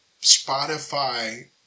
Spotify